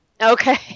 Okay